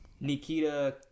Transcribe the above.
Nikita